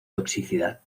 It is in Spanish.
toxicidad